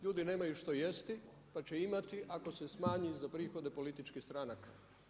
Ljudi nemaju što jesti pa će imati ako se smanji za prihode političkih stranka.